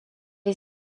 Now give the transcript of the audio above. est